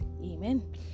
Amen